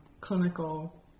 clinical